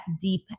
deep